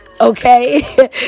Okay